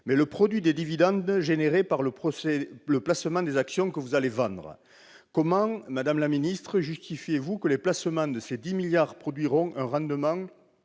mais le produit des dividendes engendrés par le placement des actions que vous allez vendre. Comment justifiez-vous que les placements de ces 10 milliards d'euros produiront un rendement